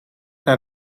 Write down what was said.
naar